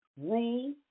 Rule